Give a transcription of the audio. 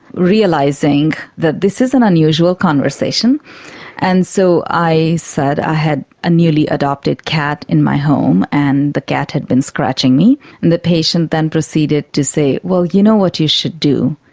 realising that this is an unusual conversation and so i said i had a newly adopted cat in my home and the cat had been scratching me and the patient then proceeded to say, well you know what you should do,